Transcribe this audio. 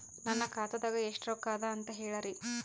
ನನ್ನ ಖಾತಾದಾಗ ಎಷ್ಟ ರೊಕ್ಕ ಅದ ಅಂತ ಹೇಳರಿ?